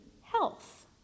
health